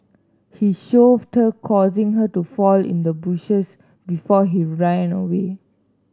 he shoved her causing her to fall into the bushes before he ran away